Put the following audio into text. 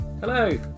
Hello